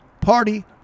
party